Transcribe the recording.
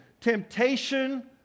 Temptation